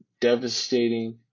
devastating